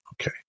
Okay